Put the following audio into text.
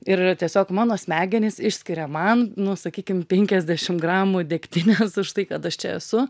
ir tiesiog mano smegenys išskiria man nu sakykim penkiasdešim gramų degtinės už tai kad aš čia esu